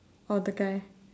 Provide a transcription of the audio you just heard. or the guy